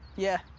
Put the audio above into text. yeah,